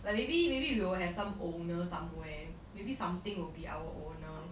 like maybe maybe we will have some owners somewhere maybe something will be our owner